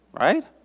Right